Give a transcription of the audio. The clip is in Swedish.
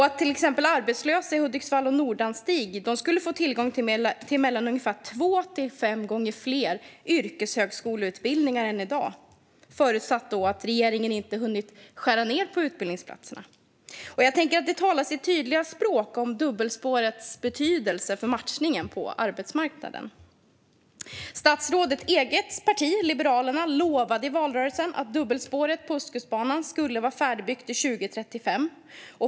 Till exempel skulle arbetslösa i Hudiksvall och Nordanstig få tillgång till två till fem gånger fler yrkeshögskoleutbildningar än i dag, förutsatt att regeringen inte har hunnit skära ned på utbildningsplatserna. Detta talar sitt tydliga språk om dubbelspårets betydelse för matchningen på arbetsmarknaden. Statsrådets eget parti Liberalerna lovade i valrörelsen att dubbelspåret på Ostkustbanan skulle vara färdigbyggt till 2035.